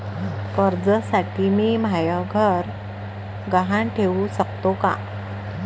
कर्जसाठी मी म्हाय घर गहान ठेवू सकतो का